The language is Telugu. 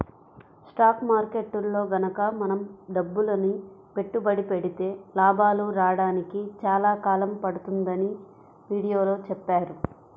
స్టాక్ మార్కెట్టులో గనక మనం డబ్బులని పెట్టుబడి పెడితే లాభాలు రాడానికి చాలా కాలం పడుతుందని వీడియోలో చెప్పారు